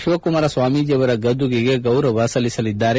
ಶಿವಕುಮಾರ ಸ್ವಾಮೀಜಿ ಅವರ ಗದ್ದುಗೆಗೆ ಗೌರವ ಸಲ್ಲಿಸಲಿದ್ದಾರೆ